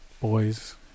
boys